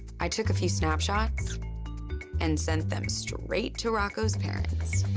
i took a few snapshots and sent them straight to rocco's parents.